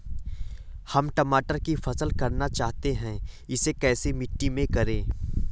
हम टमाटर की फसल करना चाहते हैं इसे कैसी मिट्टी में करें?